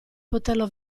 poterlo